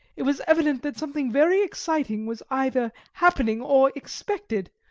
it was evident that something very exciting was either happening or expected,